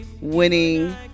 winning